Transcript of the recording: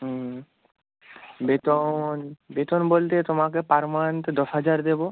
হুম বেতন বেতন বলতে তোমাকে পার মান্থ দশ হাজার দেবো